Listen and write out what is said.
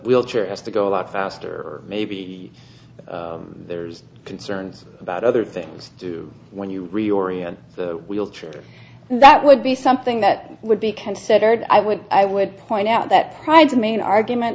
wheelchair has to go a lot faster maybe there's concerns about other things too when you reorient wheelchairs that would be something that would be considered i would i would point out that prides main argument